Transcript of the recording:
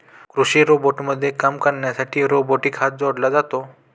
कृषी रोबोटमध्ये काम करण्यासाठी रोबोटिक हात जोडला जातो